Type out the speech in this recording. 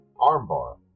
Armbar